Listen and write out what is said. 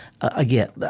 again